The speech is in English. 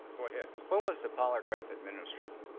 go ahead. when was the polygraph administered?